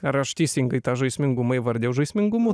ar aš teisingai tą žaismingumą įvardijau žaismingumu